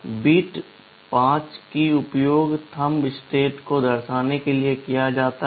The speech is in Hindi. बिट 5 का उपयोग थंब स्टेट को दर्शाने के लिए किया जाता है